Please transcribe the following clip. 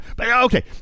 Okay